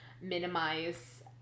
minimize